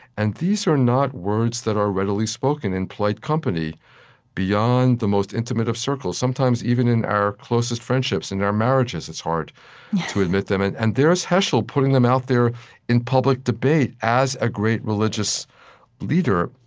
and these are not words that are readily spoken in polite company beyond the most intimate of circles. sometimes, even in our closest friendships, in in our marriages, it's hard to admit them. and and there is heschel, putting them out there in public debate as a great religious leader,